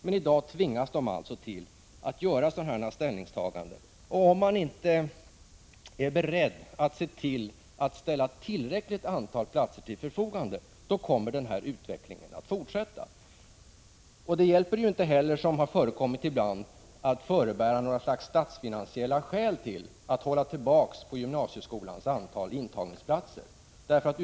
Men i dag tvingas de alltså till att göra sådana ställningstaganden, och om man inte är beredd att ställa tillräckligt antal platser till förfogande, kommer denna utveckling att fortsätta. Det hjälper inte heller, vilket har förekommit ibland, att förebära några statsfinansiella skäl till att hålla tillbaka antalet intagningsplatser i gymnasieskolan.